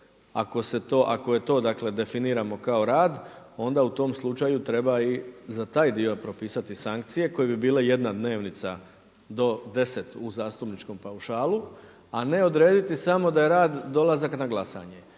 Ako to dakle definiramo kao rad, onda u tom slučaju treba i za taj dio propisati sankcije koje bi bile jedna dnevnica do deset u zastupničkom paušalu a ne odrediti samo da je rad dolazak na glasanje.